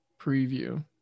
preview